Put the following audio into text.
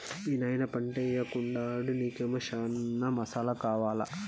మీ నాయన పంటయ్యెకుండాడు నీకేమో చనా మసాలా ఎక్కువ కావాలా